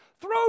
Throw